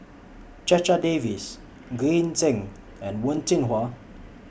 Checha Davies Green Zeng and Wen Jinhua